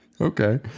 Okay